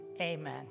Amen